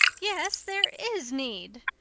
yes, there is need!